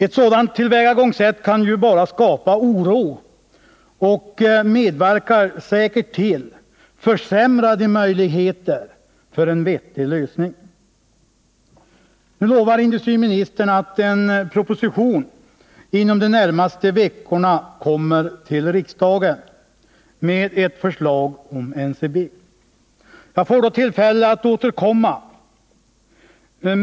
Ett sådant tillvägagångssätt kan ju bara skapa oro, och det medverkar säkert till att försämra möjligheterna till en vettig lösning. Nu lovar industriministern att en proposition inom de närmaste veckorna kommer till riksdagen med ett förslag om NCB. Jag får då tillfälle att återkomma.